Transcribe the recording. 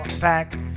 Pack